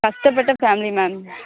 கஷ்டப்பட்ட family ma'am